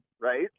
right